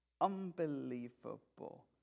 Unbelievable